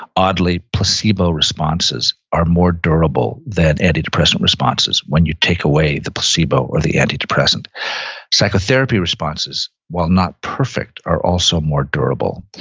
oddly, placebo responses are more durable than antidepressant responses when you take away the placebo or the antidepressant psychotherapy responses, while not perfect, are also more durable.